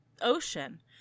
ocean